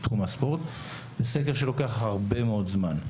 זה סקר שלוקח הרבה מאוד זמן.